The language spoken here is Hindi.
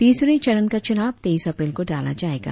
तीसरे चरण का चुनाव तेईस अप्रैल को डाला जाएगा